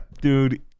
dude